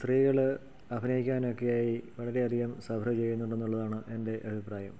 സ്ത്രീകൾ അഭിനയിക്കാനൊക്കെയായി വളരെയധികം സഫർ ചെയ്യുന്നുണ്ടെന്നുള്ളതാണ് എൻ്റെ അഭിപ്രായം